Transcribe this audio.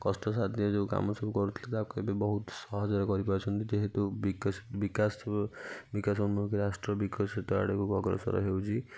କଷ୍ଟସାଧ୍ୟ ଯେଉଁ କାମ ସବୁ କରୁଥିଲେ ତାକୁ ବି ସବୁ ବହୁତ ସହଜରେ କରିପାରୁଛନ୍ତି ଯେହେତୁ ବିକାଶ ବିକାଶ ହେଉନଥିଲା ରାଷ୍ଟ୍ର ବିକଶିତ ଆଡ଼କୁ ଅଗ୍ରସର ହେଉଛି